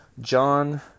John